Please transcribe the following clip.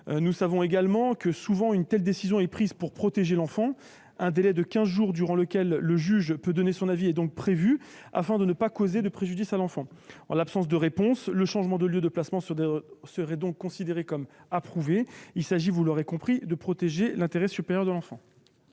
lieu de placement. Une telle décision est souvent prise pour protéger l'enfant. Un délai de quinze jours durant lequel le juge peut donner son avis est donc prévu afin de ne pas causer de préjudice à l'enfant. En l'absence de réponse, le changement de lieu de placement serait considéré comme approuvé. Il s'agit, vous l'aurez compris, de protéger l'intérêt supérieur de l'enfant.